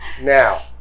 Now